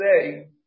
say